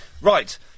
Right